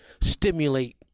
Stimulate